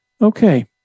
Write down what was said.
Okay